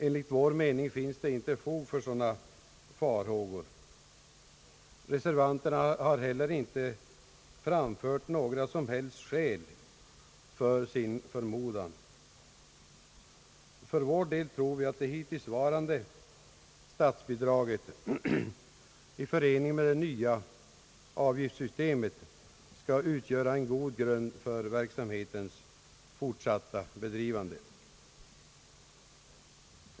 Enligt vår mening finns det inte fog för sådana farhågor. Reservanterna har heller inte framfört några som helst skäl för sin förmodan. För vår del tror vi att det hittillsvarande statsbidraget i förening med det nya avgiftssystemet skall utgöra en god grund för verksamhetens fortsatta bedrivande.